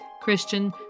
Christian